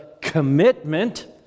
commitment